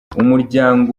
umuryango